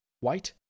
white